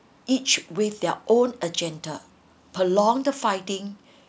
each with their own agenda prolong the fighting